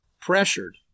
pressured